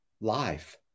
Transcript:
life